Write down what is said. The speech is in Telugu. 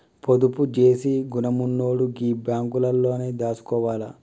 పొదుపు జేసే గుణమున్నోడు గీ బాంకులల్లనే దాసుకోవాల